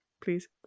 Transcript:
Please